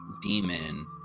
demon